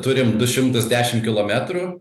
turim du šimtus dešim kilometrų